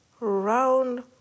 Round